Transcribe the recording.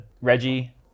Reggie